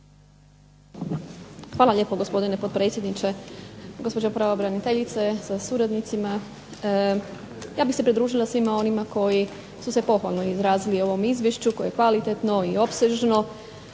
Hvala lijepo gospodine potpredsjedniče, gospođo pravobraniteljice sa suradnicima. Ja bih se pridružila svima onima koji su se pohvalno izrazili o ovom Izvješću koje je kvalitetno i opsežno.